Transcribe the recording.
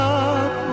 up